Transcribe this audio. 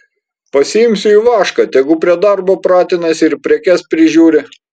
pasiimsiu ivašką tegu prie darbo pratinasi ir prekes prižiūri